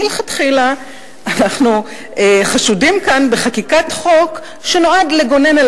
מלכתחילה אנחנו חשודים כאן בחקיקת חוק שנועד לגונן על